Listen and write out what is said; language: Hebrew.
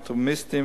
אופטומטריסטים,